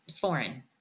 foreign